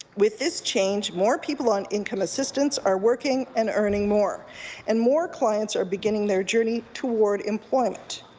with this change, more people on income assistance are working and earning more and more clients are beginning their journey toward employment.